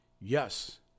Yes